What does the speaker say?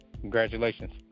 Congratulations